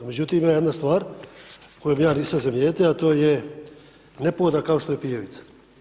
Međutim, ima jedna stvar koju ja nisam zamijetio, a to je nepogoda kao što je pijavica.